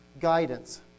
guidance